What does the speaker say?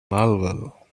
melville